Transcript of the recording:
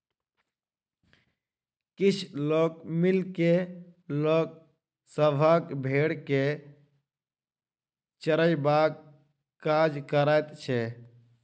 किछ लोक मिल के लोक सभक भेंड़ के चरयबाक काज करैत छै